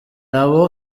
abo